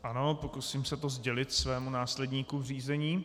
Ano, pokusím se to sdělit svému následníku v řízení.